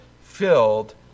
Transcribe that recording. filled